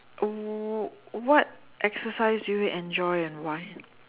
w~ what exercise do you enjoy and why